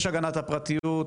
יש הגנת הפרטיות,